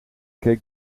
keek